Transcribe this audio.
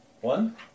One